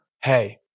hey